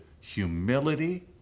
humility